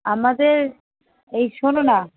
আমাদের এই শোনো না